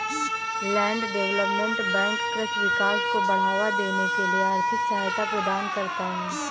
land development bank कृषि विकास को बढ़ावा देने के लिए आर्थिक सहायता प्रदान करता है